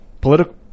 political